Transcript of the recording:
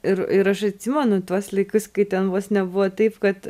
ir ir aš atsimenu tuos laikus kai ten vos nebuvo taip kad